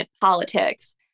politics